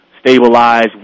stabilize